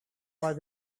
was